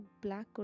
black